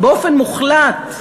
באופן מוחלט.